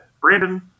Brandon